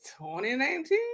2019